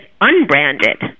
unbranded